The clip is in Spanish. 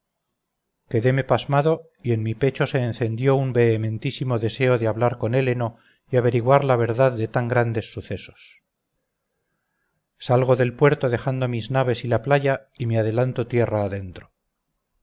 quedéme pasmado y en mi pecho se encendió un vehementísimo deseo de hablar con héleno y averiguar la verdad de tan grandes sucesos salgo del puerto dejando mis naves y la playa y me adelanto tierra adentro